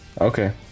okay